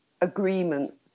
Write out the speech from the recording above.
agreement